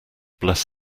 bless